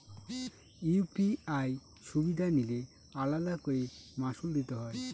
UPI সুবিধা নিলে আলাদা করে মাসুল দিতে হয়?